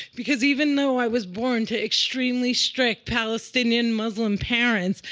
because even though i was born to extremely strict palestinian muslim parents,